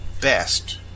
best